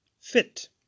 fit